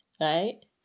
Right